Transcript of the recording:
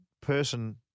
person